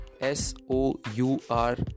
S-O-U-R